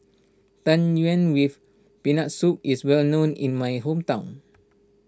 Tang Yuen with Peanut Soup is well known in my hometown